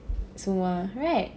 semua right ya ya ya